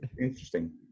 interesting